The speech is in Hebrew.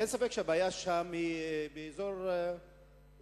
אין ספק שהבעיה באזור רמת-חובב,